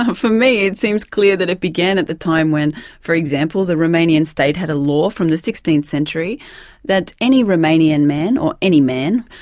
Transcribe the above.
um for me it seems clear that it began at the time when for examples, the romanian state had a law from the sixteenth century that any romanian man or any man,